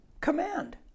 command